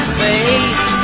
face